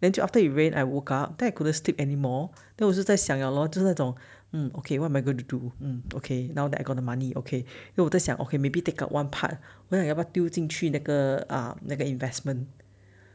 then 就 after it rain I woke up then I couldn't sleep anymore then 我就在想要 liao lor 那种 hmm okay what am I going to do okay now that I got the money okay then 我在想 okay maybe take up one part 要不要丢进去那个啊那个 investment